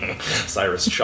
Cyrus